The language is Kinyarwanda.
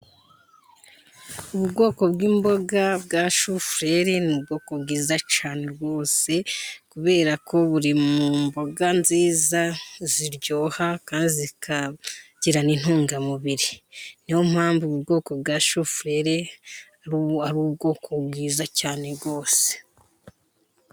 Ubwoko bw'imboga bwa shufurere, ni ubwoko bwiza cyane rwose, kubera ko buri mu mboga nziza cyane kandi ziryoha kandi zikagira n'intungamubiri, ni yo mpamvu ubu bwoko bwa shufurere ari ubwoko bwiza cyane rwose.